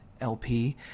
LP